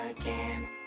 again